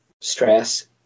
stress